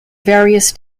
various